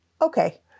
Okay